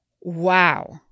Wow